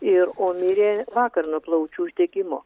ir o mirė vakar nuo plaučių uždegimo